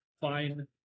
fine